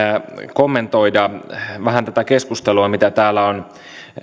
kommentoida vähän tätä keskustelua mitä täällä on